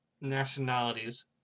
nationalities